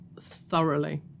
thoroughly